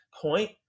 point